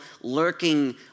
lurking